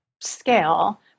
scale